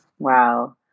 Wow